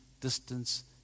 distance